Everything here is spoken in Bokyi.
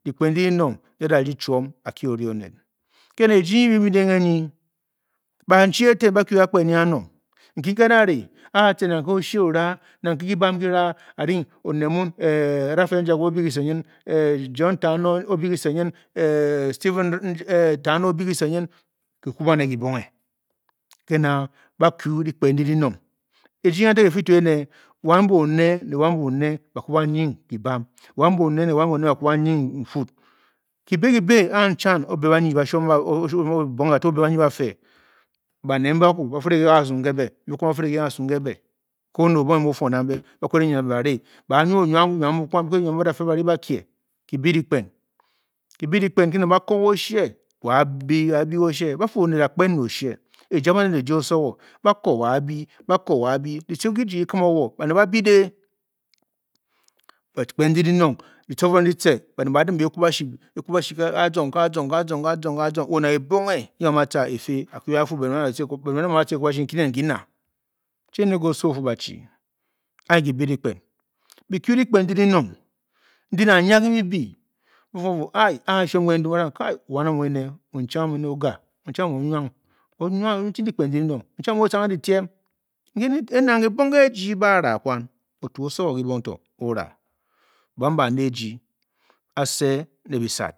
Dyikpen ndi dinong nki a a da rdi chiom a kie o ri oned ke na eji nyi bi muu nen genyi banchi eten bakwu akpen nyi anong, kin ki a da re a tce ke oshie ora nang ke ki ban ki ra a ring oned. muan raphael njagwu o-bě kise nyin, john tano o-bě kise nyin Stephen tano o-be kise nyin, ki kwu baned dibongle kě nǎ ba-kyu dyikpen ndi dinong eji nyi kantak e fi to enewan bone ne wan bone ba kwu ba nying kibam wan bone ne wan bone ba kwu banying nfud, kíbè-kíbe a a nchan o-be ba nyi osheom obonghe ga to o-be banyi bafe, baned mbe akwu, ba fire ké kaǎ zuû nké bě mbe kwan ba-fírè ké kaǎzuû nké bě ke oned obonghe muu o-fuom kambe, ba kped e-nwa ne ba-re, ba a nwa o-nwa bunwa bukwan, ba kped e-nwa mbuu ba da fe ba ri ba kie kibè dyikpen ki bi dyikpen nki nang ba ko-ge oshie, woaabi, aabi ke oshie, ejia baned ejia osowo ba ko woaa bii, ba ko woaa bii ki tce nki ki chii ki kim-o-wo, baned ba bii de bot dyikpen ndi dinong ditcifiring ditce baned ba a-dim be i kwubashi ekwubashi ga azong, ga. azong, ga azong ga azong wo nang ebonghe nyi wo a a muu a-tca e fě a. Kyu anyi a-fuu ben ba muu ba tca ekwubashi, nki nen nki na, chi èné nke oso o-fuu ba a. Chi, anyi di bi dyikpen, bi kyu dyikpen ndi di nang ndi nang. nyi ke bi bii ba fuu ba fuu. n-shuon ke-ndun ba nang wan amu ene, onyicheng amu ene o-ga a onyicheng mu o nwang mu-o nwang, o-tii dyidiem nang ebong ke ejyi ba a ra kwan otu osowo kibong to o-ra, buan bane ejii. asa ne bi sad.